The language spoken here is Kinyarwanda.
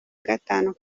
gatanu